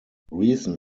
recent